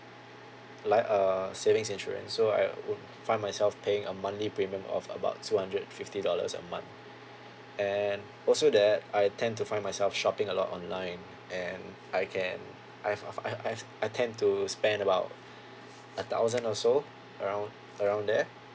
like err saving insurance so I would find myself paying a monthly payment of about two hundred fifty dollars a month and also that I tend to find myself shopping a lot online and I can I've I've I've I tend to spend about a thousand also around around there